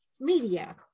Media